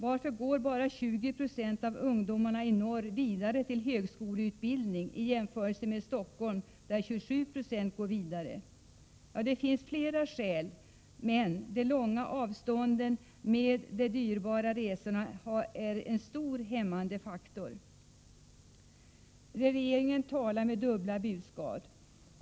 Varför går bara 20 20 av ungdomarna i norr vidare till högskoleutbildning när 27 96 i Stockholm går vidare? Det finns flera skäl, men de långa avstånden med de dyrbara resorna är en kraftigt hämmande faktor. Regeringen talar med dubbla budskap.